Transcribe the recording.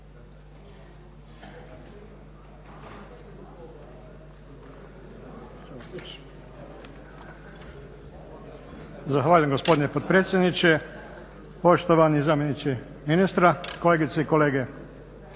Zahvaljujem gospodine potpredsjedniče. Poštovani zamjeniče ministra, kolegice i kolege.